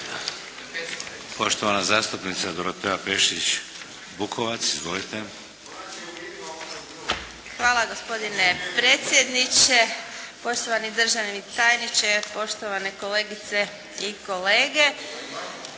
Poštovana zastupnica Dorotea Pešić-Bukovac, izvolite. **Pešić-Bukovac, Dorotea (IDS)** Hvala gospodine predsjedniče. Poštovani državni tajniče, poštovane kolegice i kolege.